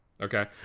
okay